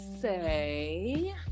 say